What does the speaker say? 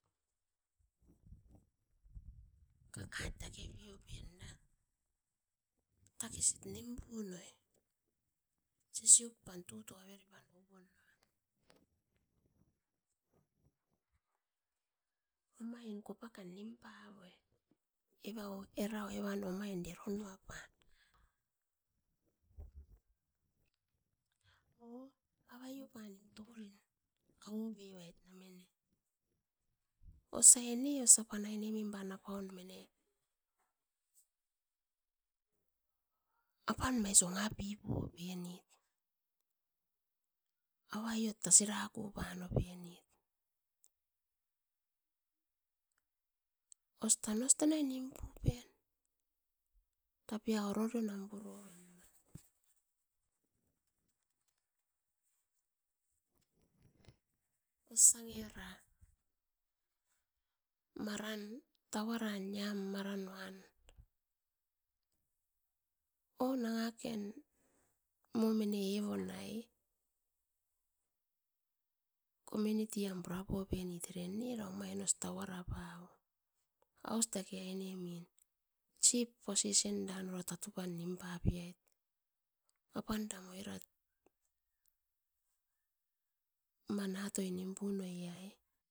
Kakateke piomin'na, takesit nimpu noin sisiop pan tuto avere pan tuto avere pan o pan mara, omain kopaka nimpa oit evau erau evan omain dero noa pan, o aveu pan u torin kau'pi oit namenio. Osai ne osa pan aine mimba opaun mone, apaun mai suna maipip'o poinit, aveu oit tasira kopano poinit. Ostan, ostan o nimpupe tapiao rorio nampuru, osa ngiera maran tauara nia maran uan. O nangakean momene ivonai Community ambravo poinit eren ne rau main os tauara pavoit, aus take ainemin Chief position danoro ta topa nimpapiaet opanda oirat mana toi nimpu noi ai,